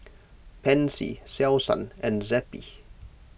Pansy Selsun and Zappy